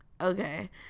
Okay